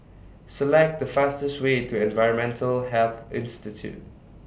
Select The fastest Way to Environmental Health Institute